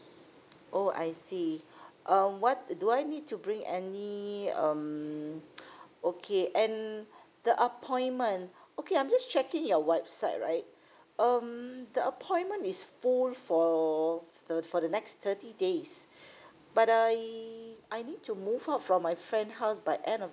oh I see um what do I need to bring any um okay and the appointment okay I'm just checking your website right um the appointment is full for the for the next thirty days but I I need to move out from my friend house by end of